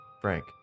Frank